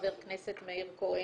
חבר הכנסת מאיר כהן,